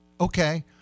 okay